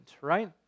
right